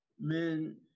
men